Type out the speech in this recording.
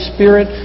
Spirit